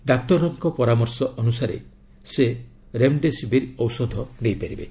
ଡାକ୍ତରଙ୍କ ପରାମର୍ଶ ଅନୁସାରେ ସେ ରେମ୍ଡେସିବିର୍ ଔଷଧ ନେଇ ପାରିବେ